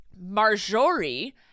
marjorie